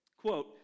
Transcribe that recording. quote